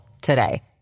today